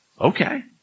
Okay